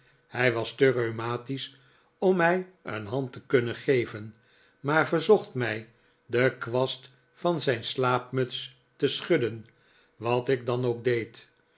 hij was te rheumatisch om mij een hand te kunnen geven maar verzocht mij den kwast van zijn slaapmuts te schudden wat ik dan ook deed